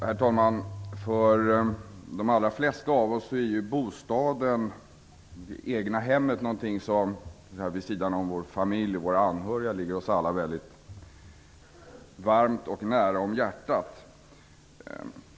Herr talman! För de allra flesta av oss är bostaden -- det egna hemmet -- någonting som vid sidan om vår familj och våra anhöriga ligger oss väldigt varmt om hjärtat.